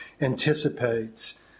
anticipates